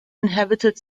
inhabited